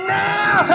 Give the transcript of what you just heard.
now